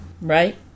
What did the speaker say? Right